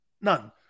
None